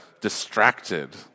distracted